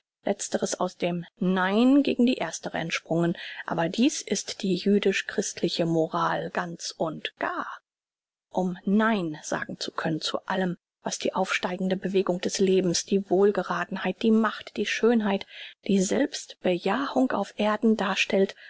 letztere aus dem nein gegen die erstere entsprungen aber dies ist die jüdisch christliche moral ganz und gar um nein sagen zu können zu allem was die aufsteigende bewegung des lebens die wohlgerathenheit die macht die schönheit die selbstbejahung auf erden darstellt